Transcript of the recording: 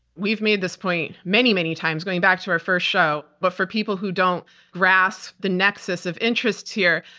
we've made this point many, many times, going back to our first show, but for people who don't grasp the nexus of interests here,